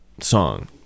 song